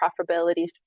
profitability